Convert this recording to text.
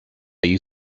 you